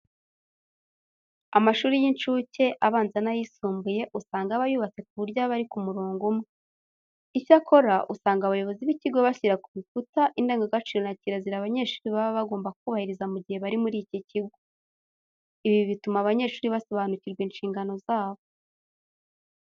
Amashuri y'inshuke, abanza n'ayisumbuye usanga aba yubatse ku buryo aba ari ku murongo umwe. Icyakora, usanga abayobozi b'ikigo bashyira ku bikuta indangagaciro na kirazira abanyeshuri baba bagomba kubahiriza mu gihe bari muri iki kigo. Ibi bituma abanyeshuri basobanukirwa inshingano zabo.